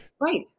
right